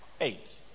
Eight